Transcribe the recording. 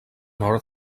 nord